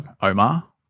Omar